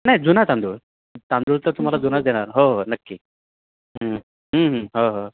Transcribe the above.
नाही जुना तांदूळ तांदूळ तर तुम्हाला जुनाचं देणार हो हो नक्की हं हं हो हो